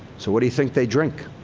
so what do you think they drink?